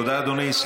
תודה, אדוני.